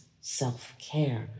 Self-Care